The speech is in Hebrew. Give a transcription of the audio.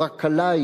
הוא רק כלאי,